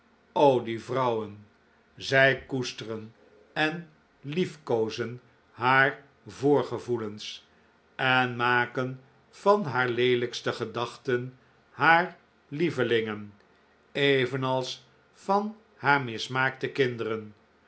die vrouwen zij koesteren en liefkoozen haar voorgevoelens en maken van haar leelijkste gedachten haar lievelingen evenals van haar mismaakte kinderen